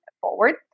forward